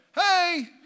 Hey